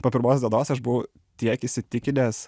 po pirmos dienos aš buvau tiek įsitikinęs